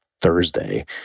Thursday